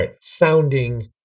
sounding